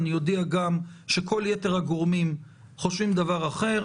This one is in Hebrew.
אני אודיע גם שכל יתר הגורמים חושבים דבר אחר.